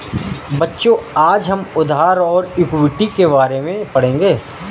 बच्चों आज हम उधार और इक्विटी के बारे में पढ़ेंगे